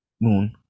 moon